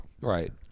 right